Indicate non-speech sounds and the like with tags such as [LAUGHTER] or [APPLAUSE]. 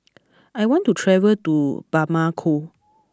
[NOISE] I want to travel to Bamako